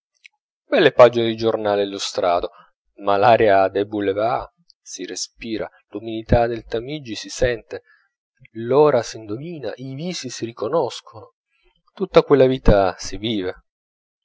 dice belle pagine di giornale illustrato ma l'aria dei boulevards si respira l'umidità del tamigi si sente l'ora s'indovina i visi si riconoscono tutta quella vita si vive